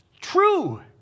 true